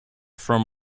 from